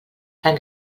tan